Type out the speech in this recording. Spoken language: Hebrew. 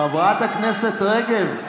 חברת הכנסת רגב.